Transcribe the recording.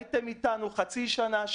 הייתם אתנו חצי שנה,